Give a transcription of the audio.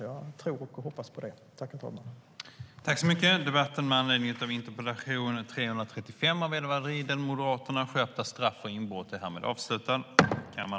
Jag tror och hoppas på det.